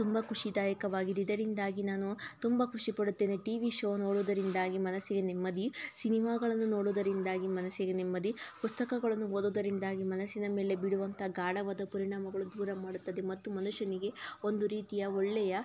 ತುಂಬ ಖುಷಿದಾಯಕವಾಗಿದೆ ಇದರಿಂದಾಗಿ ನಾನು ತುಂಬ ಖುಷಿ ಪಡುತ್ತೇನೆ ಟಿವಿ ಶೋ ನೋಡೋದರಿಂದಾಗಿ ಮನಸ್ಸಿಗೆ ನೆಮ್ಮದಿ ಸಿನಿಮಾಗಳನ್ನು ನೋಡುದರಿಂದಾಗಿ ಮನಸ್ಸಿಗೆ ನೆಮ್ಮದಿ ಪುಸ್ತಕಗಳನ್ನು ಓದೋದರಿಂದಾಗಿ ಮನಸ್ಸಿನ ಮೇಲೆ ಬೀರುವಂಥ ಗಾಢವಾದ ಪರಿಣಾಮಗಳು ದೂರ ಮಾಡುತ್ತದೆ ಮತ್ತು ಮನುಷ್ಯನಿಗೆ ಒಂದು ರೀತಿಯ ಒಳ್ಳೆಯ